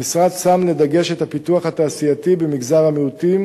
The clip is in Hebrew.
המשרד שם דגש בפיתוח התעשייתי במגזר המיעוטים